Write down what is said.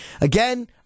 Again